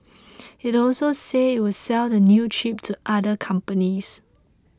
it also said it would sell the new chip to other companies